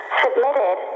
submitted